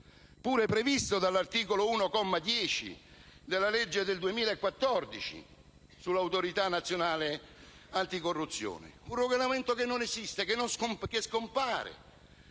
pur previsto dall'articolo 1, comma 10, della legge n. 114 del 2014 sull'autorità nazionale anticorruzione. È un regolamento che non esiste, che scompare,